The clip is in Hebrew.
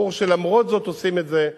ברור שלמרות זאת עושים את זה,